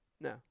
No